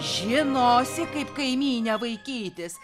žinosi kaip kaimynę vaikytis